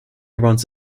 runs